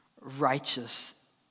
righteous